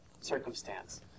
circumstance